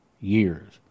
years